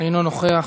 אינו נוכח.